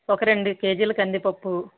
ఒక రెండు కేజీలు కందిపప్పు